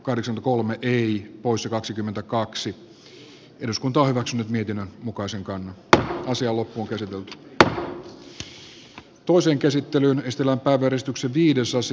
joka yhtyy valiokunnan ehdotukseen lakiehdotuksen hylkäämisestä äänestää jaa jos ei voittaa on lakiehdotuksen käsittelyn pohjaksi hyväksytty elina lepomäen ehdotus